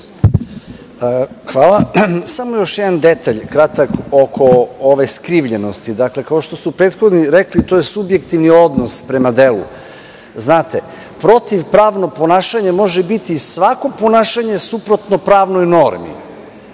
Samo još jedan kratak detalj oko ove skrivljenosti. Dakle, kao što su prethodni rekli, to je subjektivni odnos prema delu, znate. Protivpravno ponašanje može biti svako ponašanje suprotno pravnoj normi.